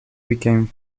became